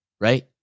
right